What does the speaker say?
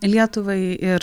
lietuvai ir